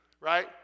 Right